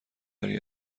برای